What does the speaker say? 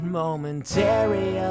momentary